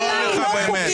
שלום לך, באמת.